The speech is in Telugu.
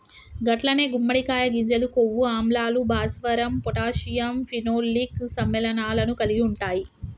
గట్లనే గుమ్మడికాయ గింజలు కొవ్వు ఆమ్లాలు, భాస్వరం పొటాషియం ఫినోలిక్ సమ్మెళనాలను కలిగి ఉంటాయి